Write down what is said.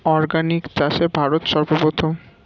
organic চাষে ভারত সর্বপ্রথম